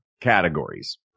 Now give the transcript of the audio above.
categories